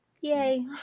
Yay